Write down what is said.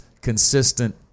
consistent